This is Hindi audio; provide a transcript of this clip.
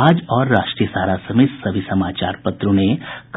आज और राष्ट्रीय सहारा समेत सभी समाचार पत्रों ने